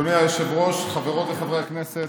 אדוני היושב-ראש, חברות וחברי הכנסת,